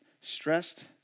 stressed